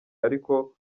ariko